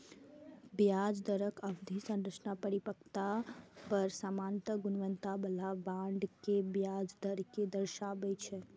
ब्याज दरक अवधि संरचना परिपक्वता पर सामान्य गुणवत्ता बला बांड के ब्याज दर कें दर्शाबै छै